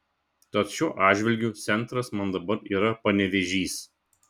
tad šiuo atžvilgiu centras man dabar yra panevėžys